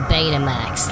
Betamax